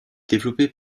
développé